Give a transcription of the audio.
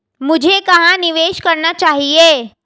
मुझे कहां निवेश करना चाहिए?